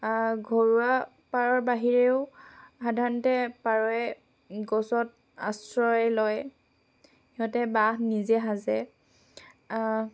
ঘৰুৱা পাৰৰ বাহিৰেও সাধাৰণতে পাৰই গছত আশ্ৰয় লয় সিহঁতে বাঁহ নিজে সাজে